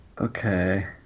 Okay